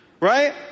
right